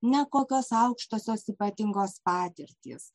ne kokios aukštosios ypatingos patirtys